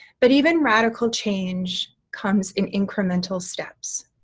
but even radical change comes in incremental steps.